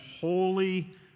holy